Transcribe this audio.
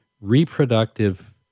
reproductive